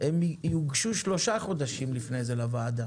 הן יוגשו שלושה חודשים לפני כן לוועדה